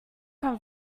from